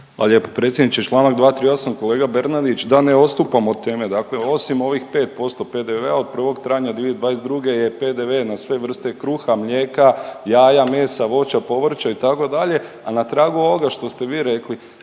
Hvala lijepo. Čl. 238, kolega Bernardić, da ne odstupam od teme, dakle ovim ovih 5% PDV-a od 1. travnja 2022. je PDV na sve vrste kruha, mlijeka, jaja, mesa, voća, povrća, itd. a na tragu ovoga što ste vi rekli,